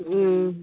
ও